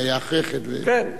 מי היה אחרי כן,